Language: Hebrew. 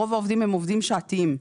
רוב העובדים שהם עובדים שעתיים.